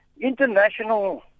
international